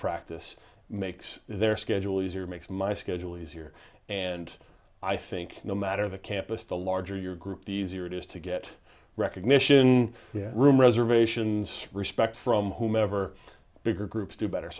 practice makes their schedule easier makes my schedule easier and i think no matter the campus the larger your group the easier it is to get recognition in the room reservations respect from whomever bigger groups do better